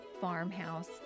farmhouse